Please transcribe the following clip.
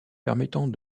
permettant